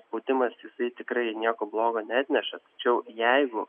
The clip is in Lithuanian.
spaudimas jisai tikrai nieko blogo neatneša tačiau jeigu